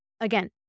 Again